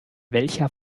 welcher